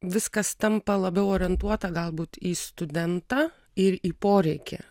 viskas tampa labiau orientuota galbūt į studentą ir į poreikį